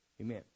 Amen